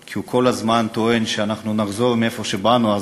כי הוא כל הזמן טוען שאנחנו נחזור למקום שממנו באנו.